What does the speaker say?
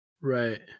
right